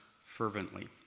fervently